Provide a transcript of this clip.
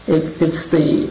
it's it's the